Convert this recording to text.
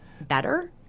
better